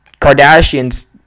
Kardashians